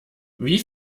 wie